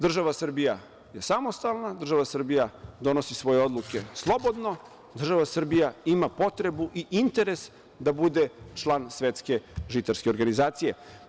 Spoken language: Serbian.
Država Srbija je samostalna, država Srbija donosi svoje odluke slobodno, država Srbija ima potrebu i interes da bude član Svetske žitarske organizacije.